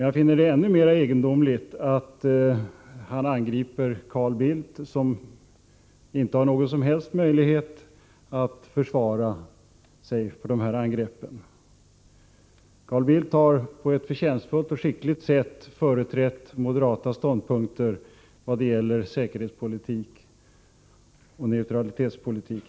Jag finner det ännu mer egendomligt att han angriper Carl Bildt, som inte har någon som helst möjlighet att försvara sig mot dessa angrepp. Carl Bildt har på ett förtjänstfullt och skickligt sätt företrätt moderaternas ståndpunkter vad det gäller säkerhetspolitik och neutralitetspolitik.